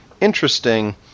interesting